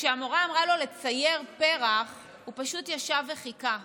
כשהמורה אמרה לו לצייר פרח, הוא פשוט ישב וחיכה.